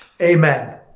Amen